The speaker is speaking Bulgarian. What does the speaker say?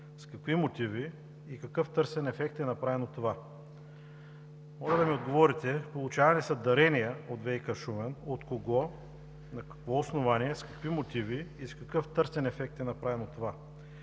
с какви мотиви и с какъв търсен ефект е направено това? Моля да ми отговорите и получавало ли е дарения ВиК – Шумен, от кого, на какво основание, с какви мотиви и с какъв търсен ефект е направено това?